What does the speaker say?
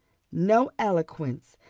no eloquence,